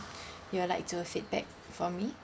you will like to feedback for me